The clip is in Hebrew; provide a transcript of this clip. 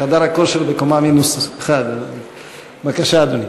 חדר הכושר בקומה מינוס 1. בבקשה, אדוני.